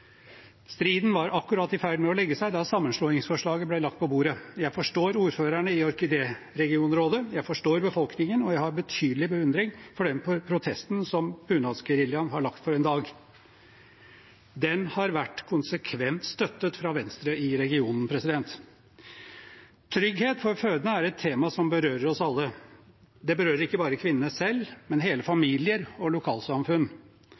striden var akkurat i ferd med å legge seg da sammenslåingsforslaget ble lagt på bordet. Jeg forstår ordførerne i ORKidé-regionrådet, jeg forstår befolkningen, og jeg har betydelig beundring for den protesten som bunadsgeriljaen har lagt for dagen. Den har vært konsekvent støttet fra Venstre i regionen. Trygghet for fødende er et tema som berører oss alle. Det berører ikke bare kvinnene selv, men hele familier og lokalsamfunn.